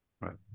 Right